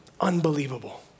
Unbelievable